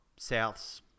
Souths